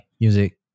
music